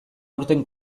aurten